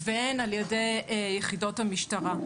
והן על-ידי יחידות המשטרה.